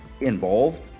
involved